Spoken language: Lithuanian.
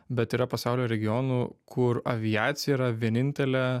bet yra pasaulio regionų kur aviacija yra vienintelė